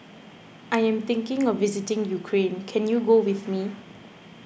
I am thinking of visiting Ukraine can you go with me